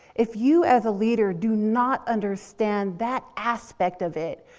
if you, as a leader, do not understand that aspect of it,